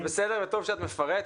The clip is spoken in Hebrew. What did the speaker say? זה בסדר וטוב שאת מפרטת,